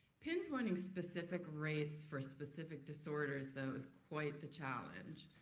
pinpointing specific rates for specific disorders, though, is quite the challenge.